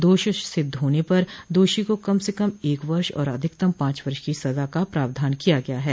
दोष सिद्ध होने पर दोषी को कम से कम एक वर्ष और अधिकतम पांच वर्ष की सजा का प्रावधान किया गया है